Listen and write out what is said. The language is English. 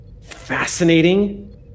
fascinating